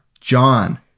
John